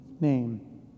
name